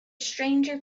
stranger